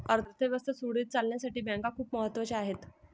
अर्थ व्यवस्थेच्या सुरळीत चालण्यासाठी बँका खूप महत्वाच्या आहेत